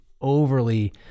overly